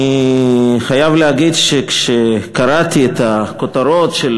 אני חייב להגיד שכאשר קראתי את הכותרות של